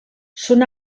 són